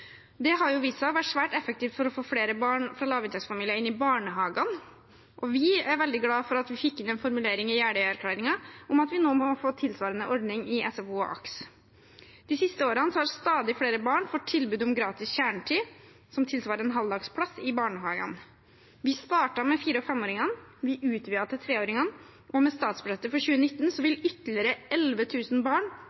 Det har vist seg å være svært effektivt for å få flere barn fra lavinntektsfamilier inn i barnehagene, og vi er veldig glade for at vi fikk inn en formulering i Jeløya-erklæringen om at vi nå må få tilsvarende ordning i SFO og AKS. De siste årene har stadig flere barn fått tilbud om gratis kjernetid i barnehagene som tilsvarer en halvdagsplass. Vi startet med fire- og femåringene, vi utvidet til treåringene, og med statsbudsjettet for 2019 vil